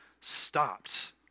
stopped